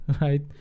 right